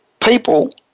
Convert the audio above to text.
people